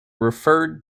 referred